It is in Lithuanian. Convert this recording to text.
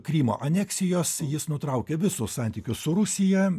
krymo aneksijos jis nutraukė visus santykius su rusija